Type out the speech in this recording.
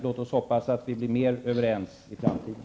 Låt oss hoppas att vi blir mer överens i framtiden.